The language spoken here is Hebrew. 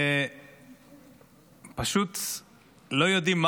שפשוט לא יודעים,